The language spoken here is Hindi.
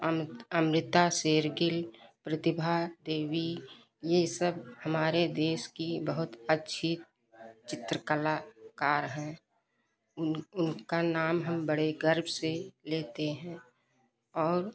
अमित अमृता शेरगिल प्रतिभा देवी यह सब हमारे देश की बहुत अच्छी चित्रकलाकार हैं उन उनका नाम हम बड़े गर्व से लेते हैं और